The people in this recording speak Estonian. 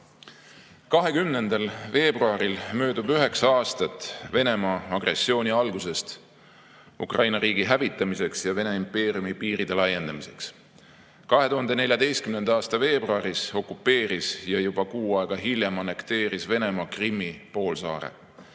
20. veebruaril möödub üheksa aastat sellest, kui Venemaa alustas agressiooni Ukraina riigi hävitamiseks ja Vene impeeriumi piiride laiendamiseks. 2014. aasta veebruaris okupeeris ja juba kuu aega hiljem annekteeris Venemaa Krimmi poolsaare.